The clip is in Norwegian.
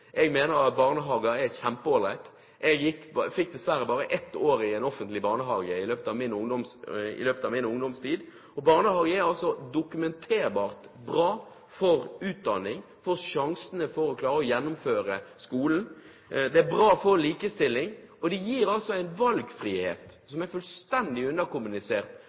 Jeg mener at barnehager er kjempeallright. Jeg fikk dessverre bare ett år i en offentlig barnehage i løpet av min barndomstid. Barnehager er dokumentert bra for utdanning, for sjansene til å klare å gjennomføre skolen, det er bra for likestilling, og det gir en valgfrihet som er fullstendig underkommunisert